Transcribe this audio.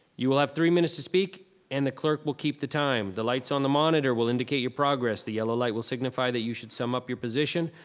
you will have three minutes to speak and the clerk will keep the time. the lights on the monitor will indicate your progress, the yellow light will signify that you should sum up your position,